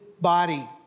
body